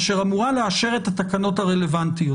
אשר אמורה לאשר את התקנות הרלבנטיות,